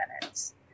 minutes